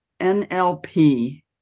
NLP